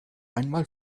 einmal